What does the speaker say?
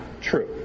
true